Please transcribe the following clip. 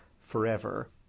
forever